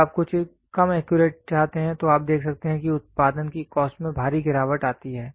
जब आप कुछ कम एक्यूरेट चाहते हैं तो आप देख सकते हैं कि उत्पादन की कॉस्ट में भारी गिरावट आती है